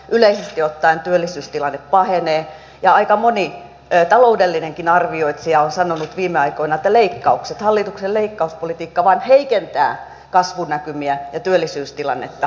yleisesti ottaen työllisyystilanne pahenee ja aika moni talouden arvioitsijakin on sanonut viime aikoina että hallituksen leikkauspolitiikka vain heikentää kasvunäkymiä ja työllisyystilannetta